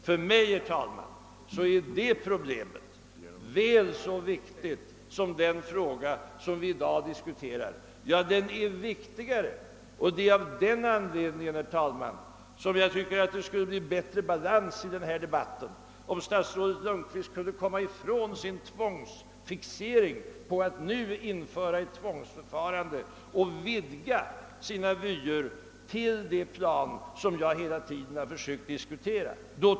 För mig, herr talman, är det problemet väl så viktigt som det ärende vi i dag diskuterar — ja, det är viktigare, och det är anledningen till att jag tycker att det skulle bli bättre balans i denna debatt om statsrådet Lundkvist kunde komma ifrån sin fixering vid ett tvångsförfarande och i stället vidga sina vyer till det plan, som jag hela tiden försökt föra upp diskussionen till.